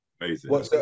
Amazing